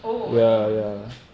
oh